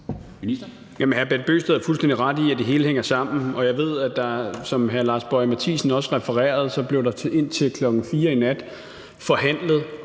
Hr. Bent Bøgsted har fuldstændig ret i, at det hele hænger sammen, og jeg ved, at der, som hr. Lars Boje Mathiesen også refererede, indtil kl. 4.00 i nat blev forhandlet